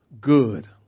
good